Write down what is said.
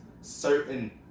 certain